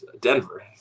Denver